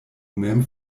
mem